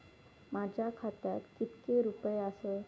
माझ्या खात्यात कितके रुपये आसत?